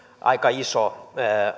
aika iso